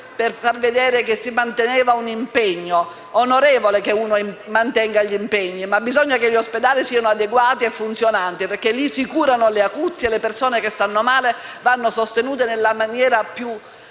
per far vedere che si manteneva un impegno. È onorevole che si mantengano gli impegni, ma bisogna che gli ospedali siano adeguati e funzionanti perché lì si curano le acuzie e le persone che stanno male vanno sostenute nella maniera più